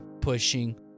pushing